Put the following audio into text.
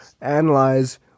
analyze